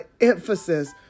emphasis